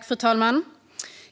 Fru talman!